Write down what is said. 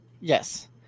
Yes